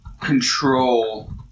control